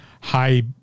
high